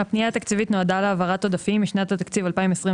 הפנייה התקציבית נועדה להעברת עודפים משנת התקציב 2021